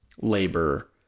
labor